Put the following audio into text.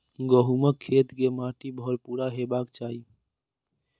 गहूमक खेत के माटि भुरभुरा हेबाक चाही